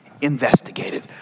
investigated